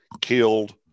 killed